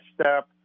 step